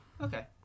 okay